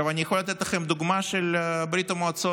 אני יכול לתת לכם דוגמה של ברית המועצות,